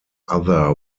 other